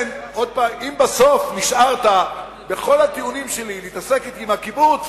בסוף נשארת בכל הטיעונים שלי להתעסק עם הקיבוץ,